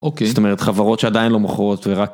אוקיי. זאת אומרת חברות שעדיין לא מוכרות ורק...